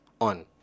on